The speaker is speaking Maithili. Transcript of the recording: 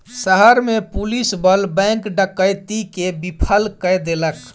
शहर में पुलिस बल बैंक डकैती के विफल कय देलक